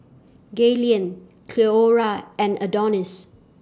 Gaylene Cleora and Adonis